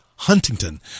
Huntington